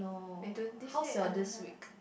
wait don't they said I don't have